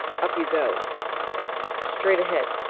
up you go, he said, straight ahead!